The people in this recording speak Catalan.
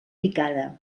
picada